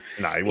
no